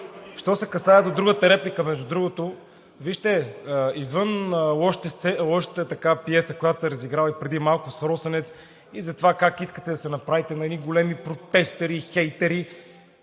Що се касае до другата реплика, между другото, вижте, извън лошата пиеса, която се разигра преди малко с „Росенец“, и за това как искате да се направите на едни големи протестъри, хейтъри,